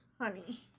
honey